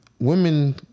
women